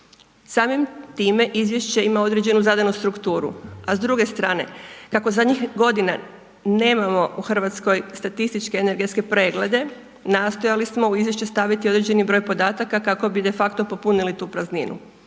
Samim time izvješće imam određenu zadanu strukturu, a s druge strane, kako za njih godinama nemamo u Hrvatskoj statistički energetske preglede, nastojali smo u izvješće staviti određeni broj podataka, kako bi de facto popunili tu prazninu,